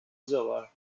zilla